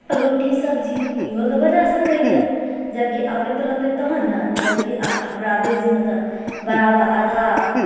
रोटी सब्जी इहो तऽ बना सकैए जबकि आबैत रहतै तहन ने जबकि हमरा देशमे तऽ बराबर आधा